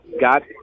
Got